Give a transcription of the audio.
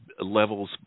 levels